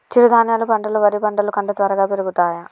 చిరుధాన్యాలు పంటలు వరి పంటలు కంటే త్వరగా పెరుగుతయా?